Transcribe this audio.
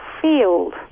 field